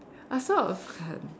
I